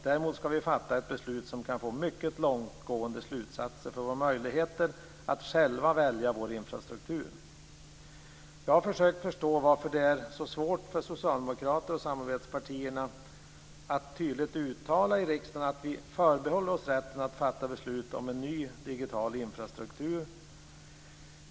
Däremot skall vi fatta ett beslut som kan få mycket långtgående konsekvenser för våra möjligheter att själva välja vår infrastruktur. Jag har försökt att förstå varför det är så svårt för socialdemokrater och samarbetspartierna att tydligt uttala i riksdagen att man förbehåller sig rätten att fatta beslut om en ny digital infrastruktur.